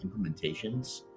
implementations